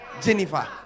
Jennifer